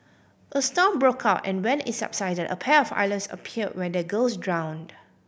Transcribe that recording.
a storm broke out and when it subsided a pair of islands appear where the girls drowned